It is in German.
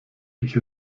ich